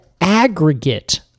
aggregate